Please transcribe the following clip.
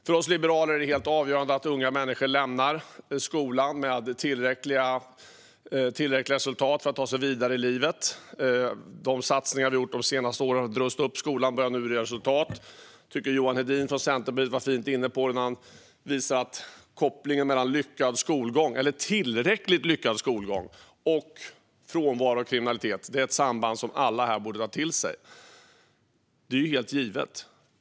För oss liberaler är det helt avgörande att unga människor lämnar skolan med tillräckliga resultat för att ta sig vidare i livet. De satsningar som vi har gjort de senaste åren med att rusta upp skolan börjar nu ge resultat. Jag tycker att Johan Hedin från Centerpartiet var inne på det på ett fint sätt när han visade att kopplingen mellan tillräckligt lyckad skolgång och frånvaro av kriminalitet är ett samband som alla här borde ta till sig. Det är helt givet.